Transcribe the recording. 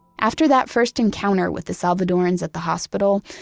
after that first encounter with the salvadorans at the hospital,